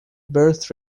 birth